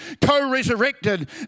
co-resurrected